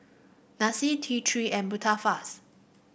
Pansy T Three and Tubifast